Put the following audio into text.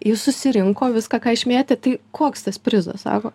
jis susirinko viską ką išmėtė tai koks tas prizas sako